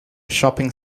shopping